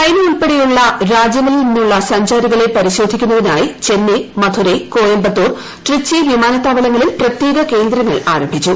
China ഉൾപ്പെടെയുള്ള രാജ്യ്ങ്ങളിൽ നിന്നുള്ള സഞ്ചാരികളെ പരിശോധിക്കുന്നതിനായി ചെന്നൈ മധുരൈ കോയമ്പത്തൂർ ട്രിച്ചി വിമാനത്താവളങ്ങളിൽ പ്രത്യേക കേന്ദ്രങ്ങൾ ആരംഭിച്ചു